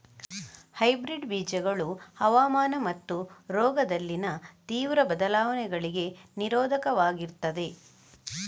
hybrid ಬೀಜಗಳು ಹವಾಮಾನ ಮತ್ತು ರೋಗದಲ್ಲಿನ ತೀವ್ರ ಬದಲಾವಣೆಗಳಿಗೆ ನಿರೋಧಕವಾಗಿರ್ತದೆ